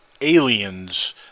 aliens